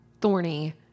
thorny